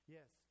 Yes